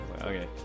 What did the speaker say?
Okay